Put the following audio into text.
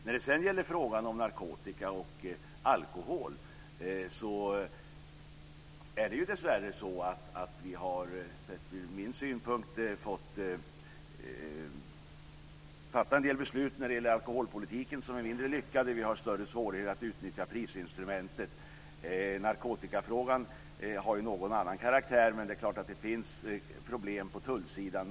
När det gäller frågan om narkotika och alkohol har vi sett ur min synpunkt dessvärre fattat en del beslut om alkoholpolitiken som är mindre lyckade. Vi har större svårigheter att utnyttja prisinstrumentet. Narkotikafrågan har något annan karaktär. Men det är klart att det finns problem på tullsidan.